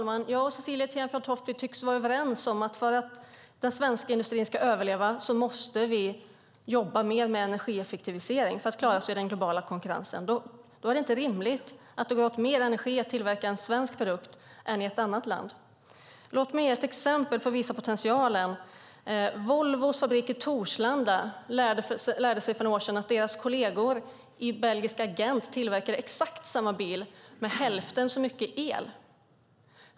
Herr talman! Cecilie Tenfjord-Toftby tycks vara överens om att för att den svenska industrin ska överleva måste vi jobba mer med energieffektivisering för att klara oss i den globala konkurrensen. Då är det inte rimligt att det går åt mer energi att tillverka en svensk produkt än en produkt i ett annat land. Låt mig ge ett exempel för att visa på potentialen. Volvos fabrik i Torslanda lärde sig för några år sedan att deras kolleger i belgiska Gent tillverkade exakt samma bil med hälften så mycket el.